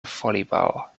volleyball